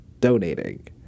donating